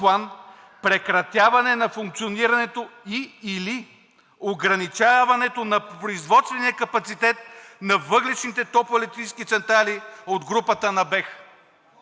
прекратяване на функционирането и/или ограничаването на производствения капацитет на въглищните топлоелектрически централи от групата на БЕХ.“